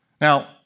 Now